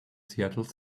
seattle